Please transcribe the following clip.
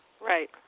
Right